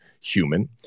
human